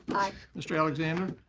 aye. mr. alexander.